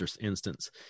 instance